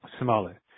smaller